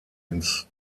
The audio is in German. ins